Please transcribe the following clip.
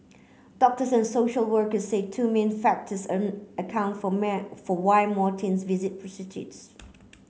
doctors and social workers say two main factors account for man for why more teens visit prostitutes